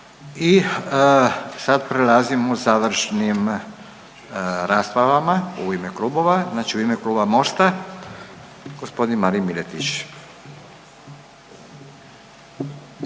I sad prelazimo završnim raspravama u ime klubova, znači u ime Kluba Mosta g. Marin Miletić,